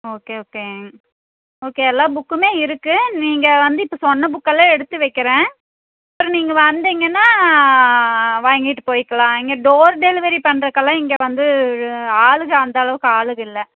okay ஓகேங்க okay எல்லா புக்குமே இருக்கு நீங்கள் வந்து இப்போ சொன்ன புக்கெல்லாம் எடுத்து வைக்கிறேன் அப்புறம் நீங்கள் வந்தீங்கனா வாங்கிட்டு போய்க்கலாம் இங்கே டோர் டெலிவரி பண்ணுறக்கெல்லாம் இங்கே வந்து ஆளுக அந்த அளவுக்கு ஆளுக இல்லை